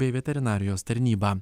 bei veterinarijos tarnyba